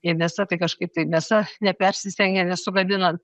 jei mėsa tai kažkaip tai mėsa nepersistengiant nesugadinant